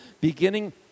Beginning